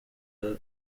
uyu